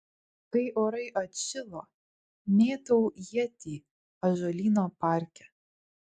kai orai atšilo mėtau ietį ąžuolyno parke